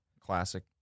Classic